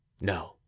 no